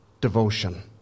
devotion